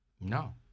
No